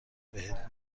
بهت